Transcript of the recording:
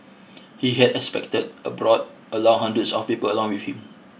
he had expected a brought along hundreds of people along with him